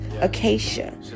acacia